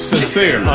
Sincere